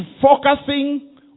focusing